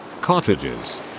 cartridges